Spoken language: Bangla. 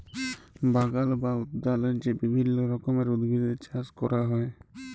বাগাল বা উদ্যালে যে বিভিল্য রকমের উদ্ভিদের চাস ক্যরা হ্যয়